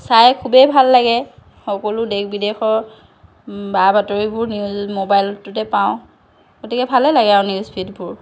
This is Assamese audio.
চাই খুবেই ভাল লাগে সকলো দেশ বিদেশৰ বা বাতৰিবোৰ মোবাইলটোতে পাওঁ গতিকে ভালে লাগে আৰু নিউজ ফিডবোৰ